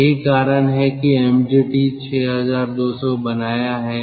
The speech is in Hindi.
यही कारण है कि mgt 6200 बनाया है